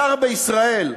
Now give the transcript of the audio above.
שר בישראל,